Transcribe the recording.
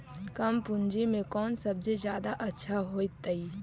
कम पूंजी में कौन सब्ज़ी जादा अच्छा होतई?